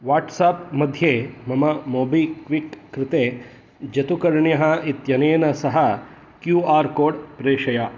वाट्साप्मध्ये मम मोबि क्विट् कृते जतुकर्ण्यः इत्यनेन सह क्यू आर् कोड् प्रेषय